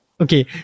Okay